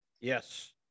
Yes